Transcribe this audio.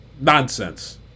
nonsense